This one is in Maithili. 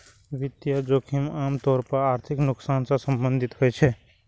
वित्तीय जोखिम आम तौर पर आर्थिक नुकसान सं संबंधित होइ छै